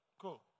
Cool